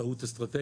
זו טעות אסטרטגית,